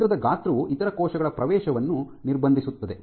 ರಂಧ್ರದ ಗಾತ್ರವು ಇತರ ಕೋಶಗಳ ಪ್ರವೇಶವನ್ನು ನಿರ್ಬಂಧಿಸುತ್ತದೆ